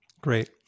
Great